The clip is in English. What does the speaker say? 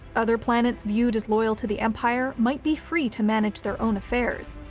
other planets viewed as loyal to the empire might be free to manage their own affairs.